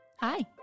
Hi